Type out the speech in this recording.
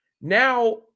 Now